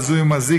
בזוי ומזיק,